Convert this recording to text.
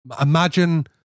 imagine